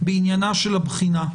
בעניין הבחינה.